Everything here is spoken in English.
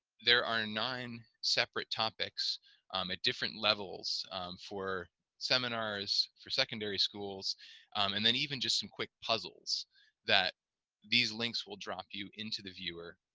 there are nine separate topics at um different levels for seminars for secondary schools and then even just some quick puzzles that these links will drop you into the viewer